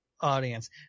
audience